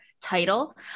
title